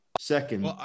Second